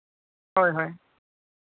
ᱦᱳᱭ ᱦᱳᱭ